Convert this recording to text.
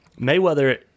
Mayweather